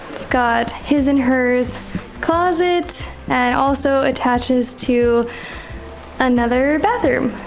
it's got his and hers closet and also attaches to another bathroom